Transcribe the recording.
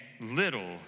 little